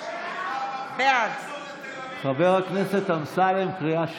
בעד חבר הכנסת אמסלם, קריאה שנייה.